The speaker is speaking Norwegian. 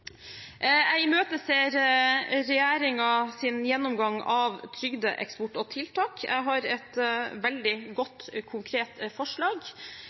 Jeg imøteser regjeringens gjennomgang av trygdeeksport og tiltak. Jeg har et veldig godt, konkret forslag.